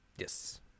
Yes